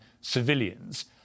civilians